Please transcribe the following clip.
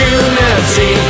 unity